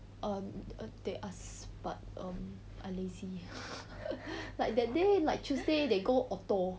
err they asked but um I lazy like that day like tuesday they go orto